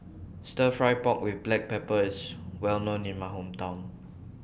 Stir Fry Pork with Black Pepper IS Well known in My Hometown